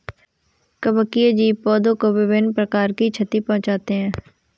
कवकीय जीव पौधों को विभिन्न प्रकार की क्षति पहुँचाते हैं